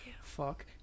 Fuck